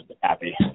happy